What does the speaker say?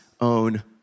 own